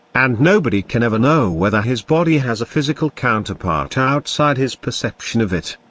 and nobody can ever know whether his body has a physical counterpart outside his perception of it.